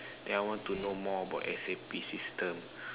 then I want to know more about S_A_P system